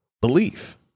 belief